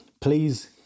please